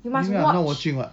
you must watch